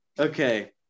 okay